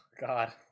God